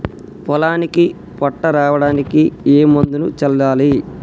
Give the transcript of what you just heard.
పొలానికి పొట్ట రావడానికి ఏ మందును చల్లాలి?